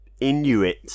Inuit